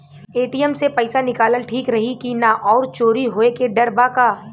ATM से पईसा निकालल ठीक रही की ना और चोरी होये के डर बा का?